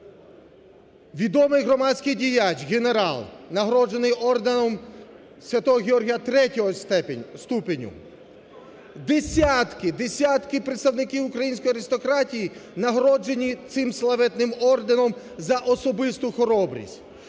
відомий громадський діяч, генерал, нагороджений Орденом Святого Георгія третього ступеня. Десятки, десятки представників української аристократії нагороджені цим славетним орденом за особисту хоробрість.